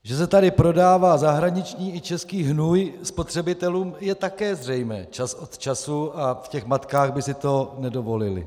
Že se tady prodává zahraniční i český hnůj spotřebitelům, je také zřejmé čas od času, a v těch matkách by si to nedovolili.